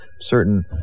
certain